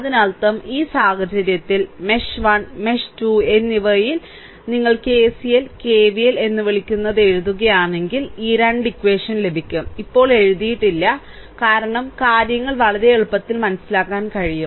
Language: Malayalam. അതിനാൽ ഈ സാഹചര്യത്തിൽ മെഷ് 1 മെഷ് 2 എന്നിവയിൽ ഞങ്ങൾ കെസിഎൽ കെവിഎൽ എന്ന് വിളിക്കുന്നത് എഴുതുകയാണെങ്കിൽ ഈ 2 ഇക്വഷൻ ലഭിക്കും ഇപ്പോൾ എഴുതിയിട്ടില്ല കാരണം കാര്യങ്ങൾ വളരെ എളുപ്പത്തിൽ മനസ്സിലാക്കാൻ കഴിയും